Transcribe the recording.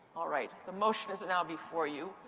all right. the motion is now before you.